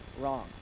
wrong